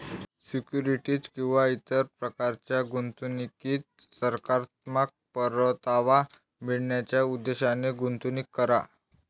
securities किंवा इतर प्रकारच्या गुंतवणुकीत सकारात्मक परतावा मिळवण्याच्या उद्देशाने गुंतवणूक करा